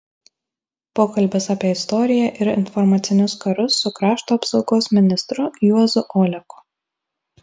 pokalbis apie istoriją ir informacinius karus su krašto apsaugos ministru juozu oleku